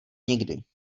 nikdy